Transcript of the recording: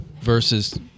versus